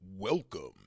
Welcome